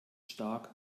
stark